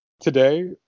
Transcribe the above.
today